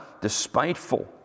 despiteful